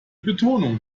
betonung